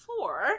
four